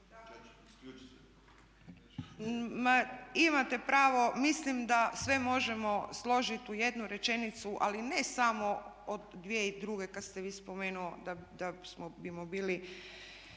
imate pravo, mislim da sve možemo složit u jednu rečenicu, ali ne samo od 2002. kad ste vi spomenuo da smo,